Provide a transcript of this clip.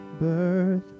birth